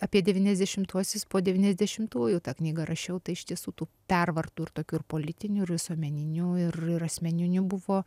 apie devyniasdešimtuosius po devyniasdešimtųjų tą knygą rašiau tai iš tiesų tų pervartų ir tokių ir politinių ir visuomeninių ir ir asmeninių buvo